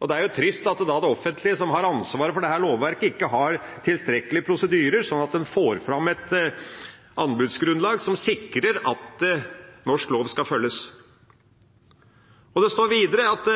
Det er trist at det offentlige, som har ansvar for dette lovverket, ikke har tilstrekkelige prosedyrer sånn at man får fram et anbudsgrunnlag som sikrer at norsk lov skal følges. Det står videre at